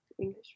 English